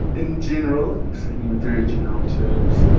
in general, speaking in very general terms,